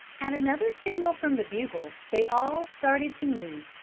at another signal from the bugle, they all started to move,